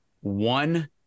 one